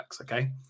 okay